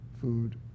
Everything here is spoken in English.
food